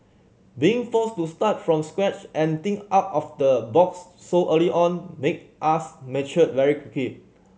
being forced to start from scratch and think out of the box so early on make us mature very